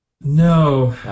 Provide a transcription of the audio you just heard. No